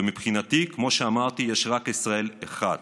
ומבחינתי, כמו שאמרתי, יש רק ישראל אחת,